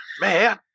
Man